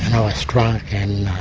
i struck.